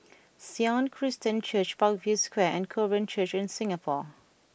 Sion Christian Church Parkview Square and Korean Church in Singapore